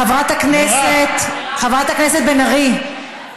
חברת הכנסת בן ארי,